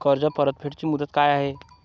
कर्ज परतफेड ची मुदत काय आहे?